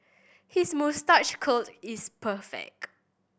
his moustache curl is perfect